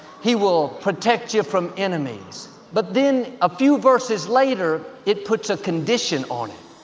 he will protect you from enemies. but then a few verses later, it puts a condition on it.